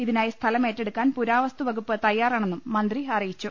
ഇതിനായി സ്ഥലം ഏറ്റെടുക്കാൻ പുരാവസ്തു വകുപ്പ് തയ്യാ റാണെന്നും മന്ത്രി അറിയിച്ചു